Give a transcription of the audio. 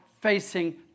facing